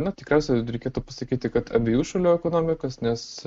na tikriausiai reikėtų pasakyti kad abiejų šalių ekonomikas nes